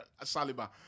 Saliba